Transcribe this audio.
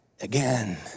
again